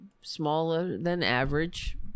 smaller-than-average